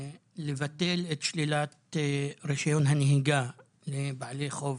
לבטל את שלילת רישיון הנהיגה לבעלי חוב